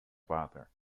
father